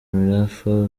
mirafa